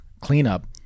cleanup